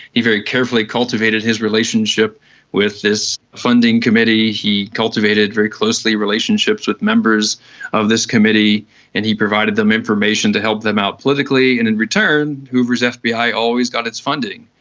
he very carefully cultivated his relationship with this funding committee, he cultivated very closely relationships with members of this committee and he provided them information to help them out politically, and in return hoover's ah fbi always got its funding.